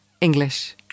english